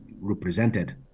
represented